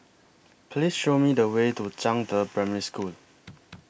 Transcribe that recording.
Please Show Me The Way to Zhangde Primary School